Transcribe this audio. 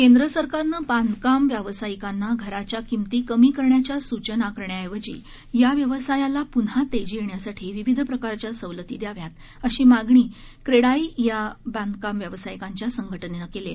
केंद्र सरकारनं बांधकाम व्यवसायिकांना घराच्या किमती कमी करण्याच्या सूचना करण्याऐवजी या व्यवसायाला पुन्हा तेजी येण्यासाठी विविध प्रकारच्या सवलती द्याव्यातअशी मागणी क्रेडाई या बांधकाम व्यवसायिकांच्या संघटनेनं केली आहे